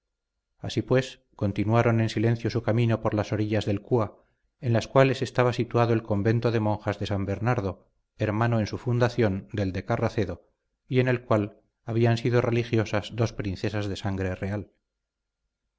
así pues continuaron en silencio su camino por las orillas del cúa en las cuales estaba situado el convento de monjas de san bernardo hermano en su fundación del de carracedo y en el cual habían sido religiosas dos princesas de sangre real